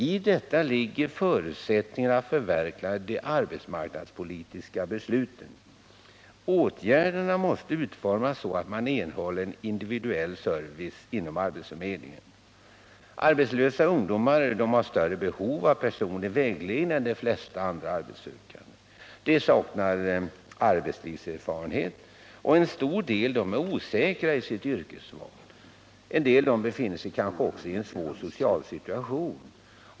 I detta ligger en förutsättning för att vi skall kunna förverkliga de arbetsmarknadspolitiska besluten. Åtgärderna måste utformas så att man erhåller en individuell service vid arbetsförmedlingen. Arbetslösa ungdomar har större behov av personlig vägledning än de flesta andra arbetssökande. De saknar arbetslivserfarenhet, en stor del är osäkra i sitt yrkesval. En del befinner sig kanske också i en svår social situation.